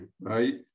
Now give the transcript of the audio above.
right